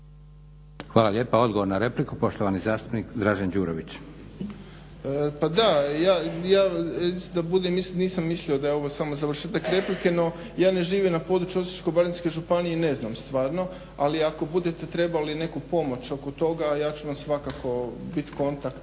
Hvala lijepa. Odgovor na repliku, poštovani zastupnik Dražen Đurović. **Đurović, Dražen (HDSSB)** Pa da, ja isto nisam mislio da je ovo samo završetak replike no ja ne živim na području Osječko-baranjske županije i ne znam stvarno, ali ako budete trebali neku pomoć oko toga ja ću vam svakako biti kontakt